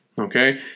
Okay